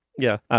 yeah.